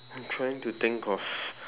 I'm trying to think of